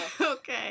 Okay